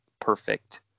perfect